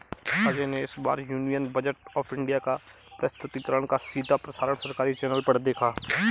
अजय ने इस बार यूनियन बजट ऑफ़ इंडिया का प्रस्तुतिकरण का सीधा प्रसारण सरकारी चैनल पर देखा